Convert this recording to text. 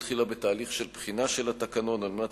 התחילה בתהליך של בחינה של התקנון על מנת